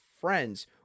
friends